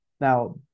now